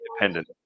independent